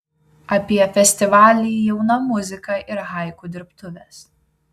apie festivalį jauna muzika ir haiku dirbtuves